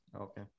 Okay